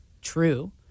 true